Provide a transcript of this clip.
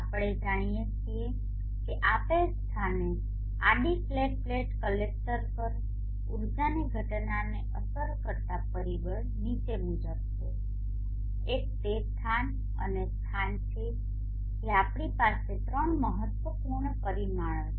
આપણે જાણીએ છીએ કે આપેલ સ્થાને આડી ફ્લેટ પ્લેટ કલેક્ટર પર ઉર્જાની ઘટનાને અસર કરતા પરિબળો નીચે મુજબ છે એક તે સ્થાન અને સ્થાન છે જે આપણી પાસે ત્રણ મહત્વપૂર્ણ પરિમાણો છે